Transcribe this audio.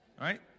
right